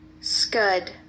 Scud